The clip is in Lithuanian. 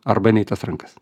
arba nei į tas rankas